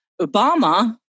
Obama